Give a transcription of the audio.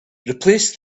replace